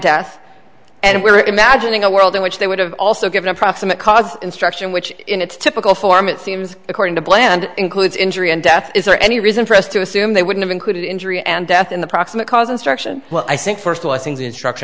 death and we were imagining a world in which they would have also given approximate cause instruction which in a typical form it seems according to bland includes injury and death is there any reason for us to assume they wouldn't include injury and death in the proximate cause instruction well i think first of all i think the instructor